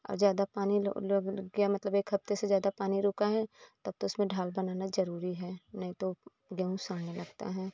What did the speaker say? और ज्यादा पानी लो रूक गया मतलब एक हफ्ते से ज्यादा पानी रुका है तब तो उसमें ढाल बनाना जरूरी है नहीं तो गेहूँ सड़ने लगता है